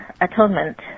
Atonement